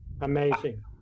amazing